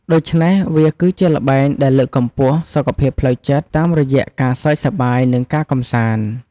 ដូច្នេះ វាគឺជាល្បែងដែលលើកកម្ពស់ សុខភាពផ្លូវចិត្ត តាមរយៈការសើចសប្បាយ និងការកម្សាន្ត។